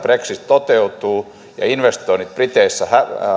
brexit toteutuu ja investoinnit briteissä